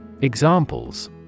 Examples